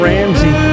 Ramsey